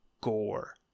gore